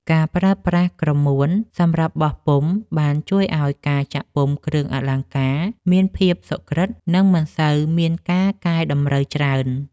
ការប្រើប្រាស់ក្រមួនសម្រាប់បោះពុម្ពបានជួយឱ្យការចាក់ពុម្ពគ្រឿងអលង្ការមានភាពសុក្រឹត និង មិនសូវមានការកែតម្រូវច្រើន។